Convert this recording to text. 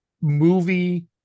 movie